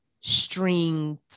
stringed